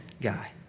guy